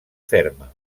ferma